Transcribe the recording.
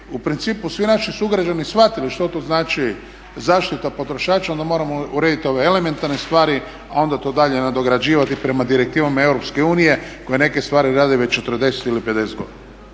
u principu svi naši sugrađani shvatili što to znači zaštita potrošača onda moramo urediti ove elementarne stvari, a onda to dalje nadograđivati prema direktivama EU koje neke stvari rade već 40 ili 50 godina.